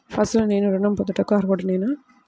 అసలు నేను ఋణం పొందుటకు అర్హుడనేన?